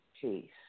Peace